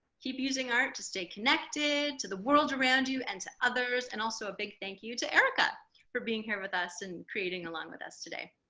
keep using art to stay connected to the world around you and to others and also a big thank you to erica for being here with us and creating along with us today